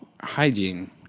Hygiene